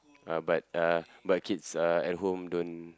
uh but uh my kids uh at home don't